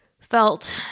felt